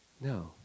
No